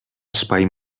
espai